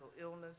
illness